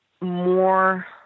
more